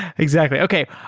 exactly. okay,